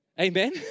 Amen